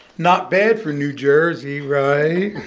not bad for new jersey, right?